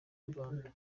ikinyarwanda